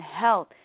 health